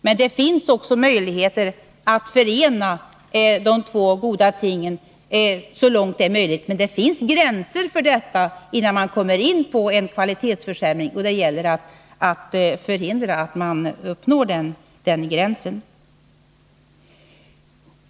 Och det finns faktiskt möjligheter att förena de två goda tingen kostnadsmedvetande och hög kvalitet. Men det finns en gräns, efter vilken man kommer in på en kvalitetsförsämring. Det gäller att förhindra att man överskrider denna gräns.